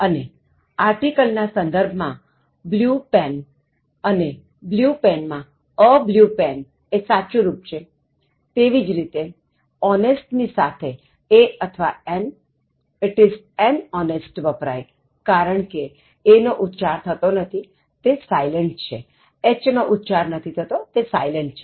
અને article ના સંદર્ભ માં blue pen અને blue pen માં a blue pen એ સાચું રુપ છે અને તેવી જ રીતે honest ની સાથે a અથવા an it is an honest વપરાય કારણકે a નો ઉચ્ચાર થતો નથી તે silent છે